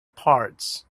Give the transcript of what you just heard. parts